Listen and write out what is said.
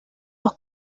las